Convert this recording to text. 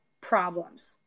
problems